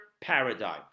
paradigm